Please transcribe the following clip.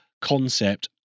concept